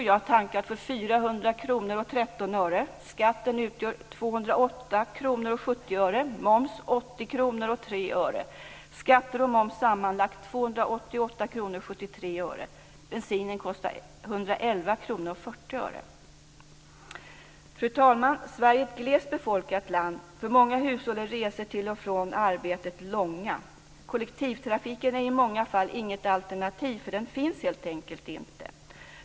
Jag kan titta på mitt kvitto. Jag har tankat för 400 kr och 13 öre. Fru talman! Sverige är ett glest befolkat land. För många hushåll är resor till och från arbetet långa. Kollektivtrafiken är i många fall inget alternativ. Den finns helt enkelt inte.